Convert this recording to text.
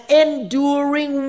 enduring